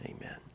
Amen